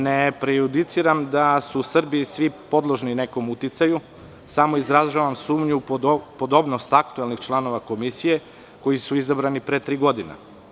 Ne prejudiciram da su Srbi svi podložni nekom uticaju, samo izražavam sumnju u podobnost aktuelnih članova komisije koji su izabrani pre tri godine.